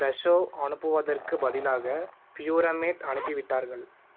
Fresho அனுப்புவதற்குப் பதிலாக பியூரமேட் அனுப்பிவிட்டார்கள்